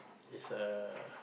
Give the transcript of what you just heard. it's a